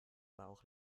bauch